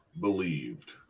believed